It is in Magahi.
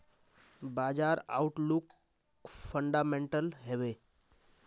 बाजार आउटलुक फंडामेंटल हैवै?